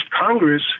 Congress